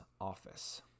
office